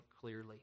clearly